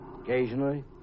Occasionally